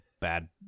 bad